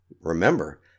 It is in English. remember